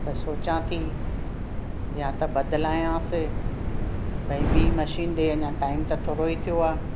त सोचां थी या त बदिलायांसि भई ॿी मशीन ॾिए अञा टाइम त थोरो ई थियो आहे